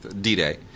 D-Day